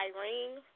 Irene